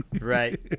right